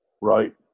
Right